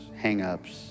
hangups